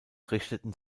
richteten